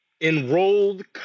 enrolled